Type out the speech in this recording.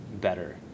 better